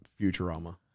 Futurama